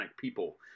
people